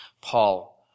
Paul